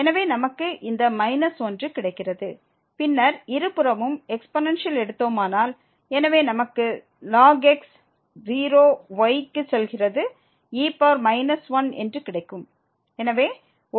எனவே நமக்கு இந்த −1 கிடைக்கிறது பின்னர் இரு புறமும் எக்ஸ்பொனன்சியல் எடுத்தோமானால் எனவே நமக்கு ln x 0 y க்கு செல்கிறது e 1 என்று கிடைக்கும்